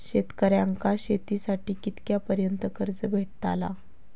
शेतकऱ्यांका शेतीसाठी कितक्या पर्यंत कर्ज भेटताला?